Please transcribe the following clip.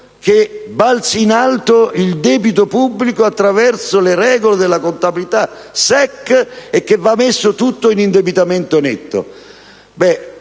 che balzi in alto il debito pubblico attraverso le regole della contabilità SEC e che vada messo tutto in indebitamento netto.